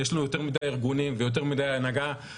יש לנו יותר מידי ארגונים ויותר מידי הנהגה,